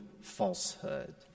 falsehood